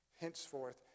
Henceforth